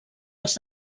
els